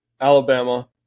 Alabama